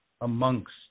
Amongst